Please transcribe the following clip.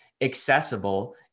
accessible